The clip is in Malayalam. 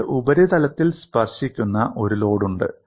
എനിക്ക് ഉപരിതലത്തിൽ സ്പർശിക്കുന്ന ഒരു ലോഡ് ഉണ്ട്